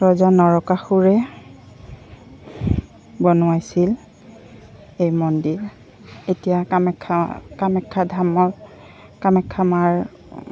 ৰজা নৰকাসুৰে বনোৱাইছিল এই মন্দিৰ এতিয়া কামাখ্যা কামাখ্যা ধামৰ কামাখ্যা মাৰ